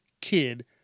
kid